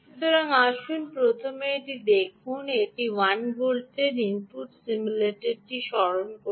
সুতরাং আসুন প্রথমে এটি দেখুন এটি 1 ভোল্টের ইনপুট সিমুলেটারটি স্মরণ করুন